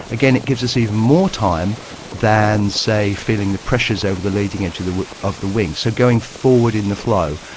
again, it gives us even more time than, say, feeling the pressures over the leading edge of the wings. so going forward in the flow.